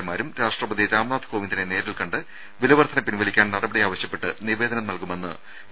എമാരും രാഷ്ട്രപതി രാംനാഥ് കോവിന്ദിനെ നേരിൽ കണ്ട് വില വർദ്ധന പിൻവലിക്കാൻ നടപടി ആവശ്യപ്പെട്ട് നിവേദനം നൽകുമെന്ന് എ